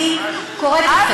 אני קוראת לכם,